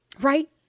right